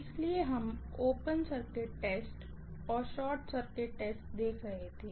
इसलिए हम open circuit test और शॉर्ट सर्किट टेस्ट देख रहे थे